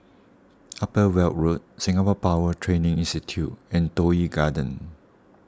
Upper Weld Road Singapore Power Training Institute and Toh Yi Garden